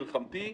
המלחמתי.